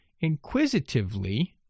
Inquisitively